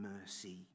mercy